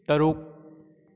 ꯇꯔꯨꯛ